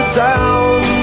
down